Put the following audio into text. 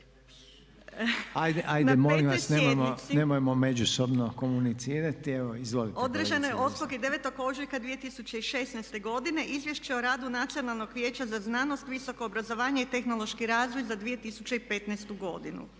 Hajde molim vas nemojmo međusobno komunicirati. Evo izvolite./… … održanoj 8. i 9. ožujka 2016. godine Izvješće o radu Nacionalnog vijeća za znanost, visoko obrazovanje i tehnološki razvoj za 2015. godinu.